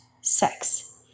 sex